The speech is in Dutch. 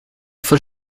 voor